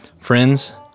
Friends